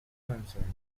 concerned